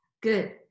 Good